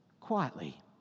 quietly